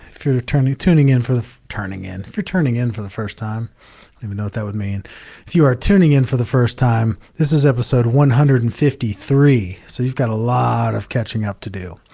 if you're you're turning tuning in for the, turning in, you're turning in for the first time don't even know what that would mean. if you are tuning in for the first time, this is episode one hundred and fifty three. so you've got a lot of catching up to do.